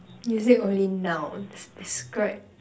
using only nouns describe